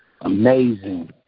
amazing